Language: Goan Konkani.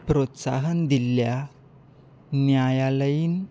प्रोत्साहन दिल्ल्या न्यायालयीन